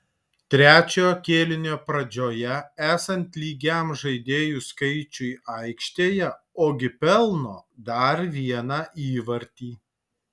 trečio kėlinio pradžioje esant lygiam žaidėjų skaičiui aikštėje ogi pelno dar vieną įvartį